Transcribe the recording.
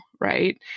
right